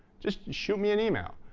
just shoot me an email.